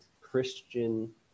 Christian